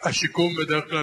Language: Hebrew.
השיקום הארוך, בדרך כלל,